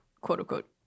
quote-unquote